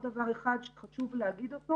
דבר נוסף שחשוב להגיד אותו